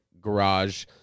garage